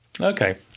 Okay